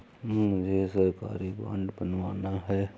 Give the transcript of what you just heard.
मुझे सरकारी बॉन्ड बनवाना है